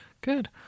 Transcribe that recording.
Good